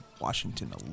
Washington